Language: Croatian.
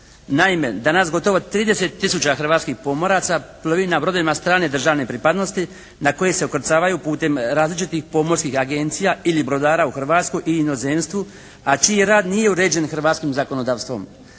Naime, danas gotovo 30 000 hrvatskih pomoraca plovi na brodovima strane državne pripadnosti na koji se ukrcavaju putem različitih pomorskih agencija ili brodara u Hrvatskoj ili inozemstvu, a čiji rad nije uređen hrvatskim zakonodavstvom.